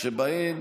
שבהן